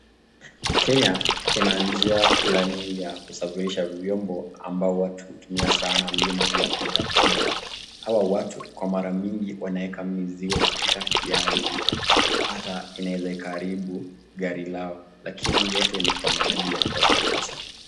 Kenya kuna njia fulani ya kusafirisha vyombo ambao watu huutumia sana vyombo vya boda boda. Hawa watu kwa mara mingi wanaweka mizigo kupita kiasi hata inaweza ikaharibu gari zao lakini yote ni kwa minajili ya kutafuta pesa.